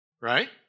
right